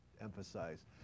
emphasize